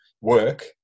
work